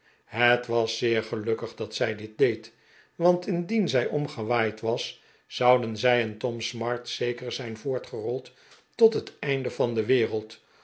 het was zeer gelukkig dat zij dit deed want indien zij omgewaaid was zouden zij en tom smart zeker zijn voortgerold tot het einde van de wereld